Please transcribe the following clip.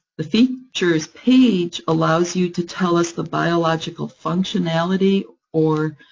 the features page allows you to tell us the biological functionality, or